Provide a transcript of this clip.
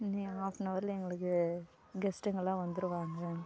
இன்றும் ஹாஃப்னவர்லில் எங்களுக்கு கெஸ்ட்டுங்கள்லாம் வந்துடுவாங்க